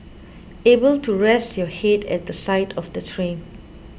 able to rest your head at the side of the train